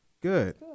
good